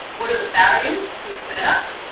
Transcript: what are the barriers to doing better?